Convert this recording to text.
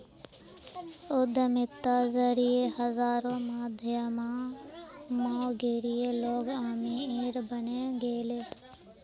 उद्यमिता जरिए हजारों मध्यमवर्गीय लोग अमीर बने गेले